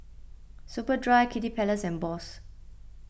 Superdry Kiddy Palace and Bose